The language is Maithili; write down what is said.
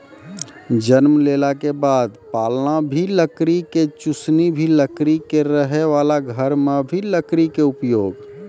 जन्म लेला के बाद पालना भी लकड़ी के, चुसनी भी लकड़ी के, रहै वाला घर मॅ भी लकड़ी के उपयोग